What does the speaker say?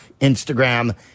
Instagram